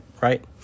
right